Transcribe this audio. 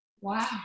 Wow